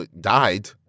died